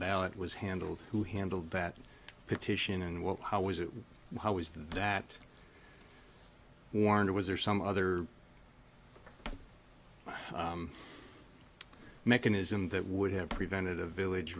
ballot was handled who handled that petition and what how was it how was that warrant or was there some other mechanism that would have prevented a village